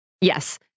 Yes